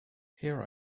here